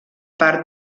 part